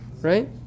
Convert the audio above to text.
Right